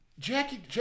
Jackie